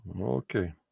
Okay